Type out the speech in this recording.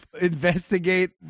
investigate